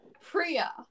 Priya